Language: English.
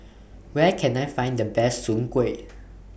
Where Can I Find The Best Soon Kuih